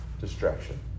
distraction